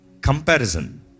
Comparison